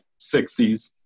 60s